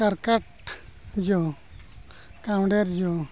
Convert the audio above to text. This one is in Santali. ᱠᱟᱨᱠᱟᱴ ᱡᱚ ᱠᱟᱣᱰᱮᱨ ᱡᱚ